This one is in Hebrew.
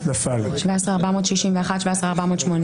הצבעה לא אושרו.